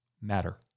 matter